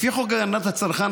לפי חוק הגנת הצרכן,